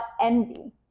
envy